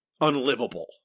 unlivable